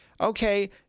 Okay